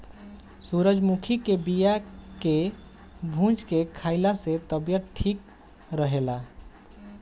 सूरजमुखी के बिया के भूंज के खाइला से तबियत ठीक रहेला